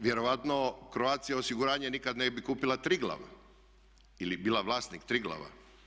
Vjerojatno Croatia osiguranje nikad ne bi kupila Triglav ili bila vlasnik Triglava.